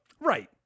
Right